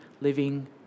living